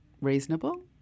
reasonable